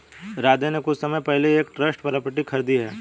राधे ने कुछ समय पहले ही एक ट्रस्ट प्रॉपर्टी खरीदी है